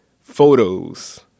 photos